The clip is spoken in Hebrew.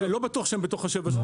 אני לא בטוח שהם בתוך השבע שנים.